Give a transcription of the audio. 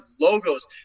logos